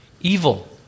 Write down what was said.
evil